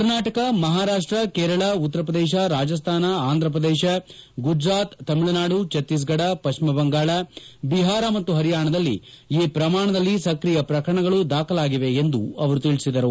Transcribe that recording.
ಕರ್ನಾಟಕ ಮಹಾರಾಷ್ಟ ಕೇರಳ ಉತ್ತರ ಪ್ರದೇಶ ರಾಜಸ್ತಾನ ಅಂಧಪ್ರದೇಶ ಗುಜರಾತ್ ತಮಿಳುನಾಡು ಛತ್ತೀಸ್ಗಢ ಪಶ್ಚಿಮ ಬಂಗಾಳ ಬಿಹಾರ ಮತ್ತು ಹರಿಯಾಣದಲ್ಲಿ ಈ ಪ್ರಮಾಣದಲ್ಲಿ ಸ್ಕ್ರಿಯ ಪ್ರಕರಣಗಳು ದಾಖಲಾಗಿವೆ ಎಂದು ಅವರು ತಿಳಿಸಿದರು